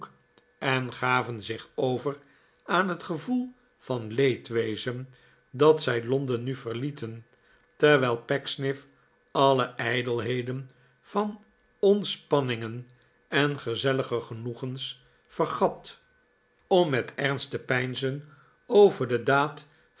en gaven zich over aan het gevoel van leedwezen dat zij londen nu verlieten terwijl pecksniff aile ijdelheden van ontspanningen en gezellige genoegens vergat om met ernst te peinzen over de daad